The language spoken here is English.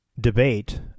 debate